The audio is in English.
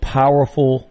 powerful